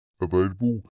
Available